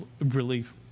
Relief